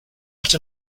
what